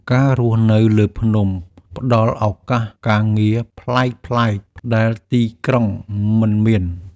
ការរស់នៅលើភ្នំផ្ដល់ឱកាសការងារប្លែកៗដែលទីក្រុងមិនមាន។